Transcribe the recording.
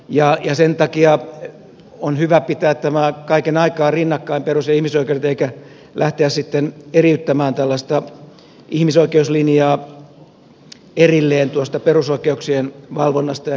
ja sen takia on hyvä pitää kaiken aikaa rinnakkain perus ja ihmisoikeudet eikä lähteä sitten eriyttämään tällaista ihmisoi keuslinjaa erilleen tuosta perusoikeuksien valvonnasta ja kehittämisestä